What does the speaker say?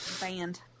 Band